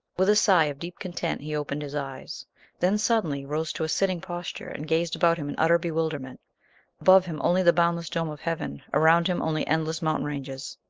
with a sigh of deep content he opened his eyes then suddenly rose to a sitting posture and gazed about him in utter bewilderment above him only the boundless dome of heaven, around him only endless mountain ranges!